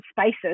spaces